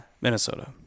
Minnesota